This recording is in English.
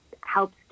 helps